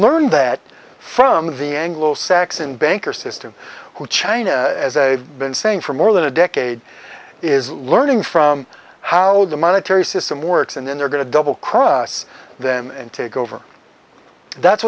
learned that from the anglo saxon banker system who china as a been saying for more than a decade is learning from how the monetary system works and then they're going to double cross them and take over that's